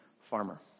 farmer